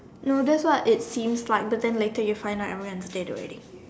no that's what it seems like but then later you find out you are on your way on the dead already